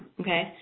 okay